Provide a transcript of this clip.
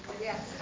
Yes